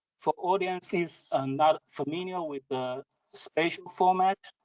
for audiences ah not familiar with the spatial format,